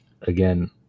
again